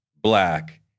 black